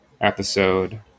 episode